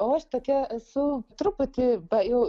o aš tokia esu truputį va jau